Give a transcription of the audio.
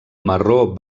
marró